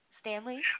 Stanley